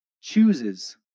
chooses